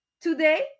today